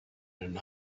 and